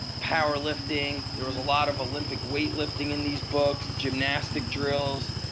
power lifting. there was a lot of olympic weightlifting in these books, gymnastic drills,